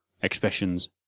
expressions